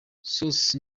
source